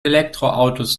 elektroautos